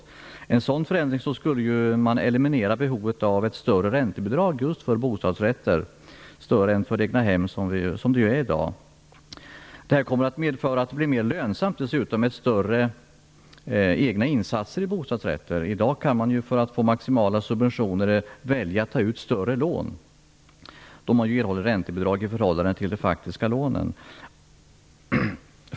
Med en sådan förändring skulle man eliminera behovet av ett större räntebidrag för bostadsrätter, som i dag är större än för egnahem. Det här kommer dessutom att medföra att det blir mer lönsamt med större egna insatser i bostadsrätter. I dag kan man välja att ta större lån, för att få maximala subventioner, då man erhåller räntebidrag i förhållande till de faktiska lånen.